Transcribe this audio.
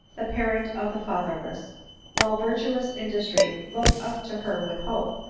the parent of the father less while virtuous industry looked up to her with hope,